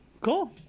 cool